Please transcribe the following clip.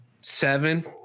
seven –